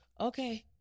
okay